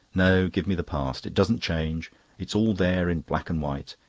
no, give me the past. it doesn't change it's all there in black and white,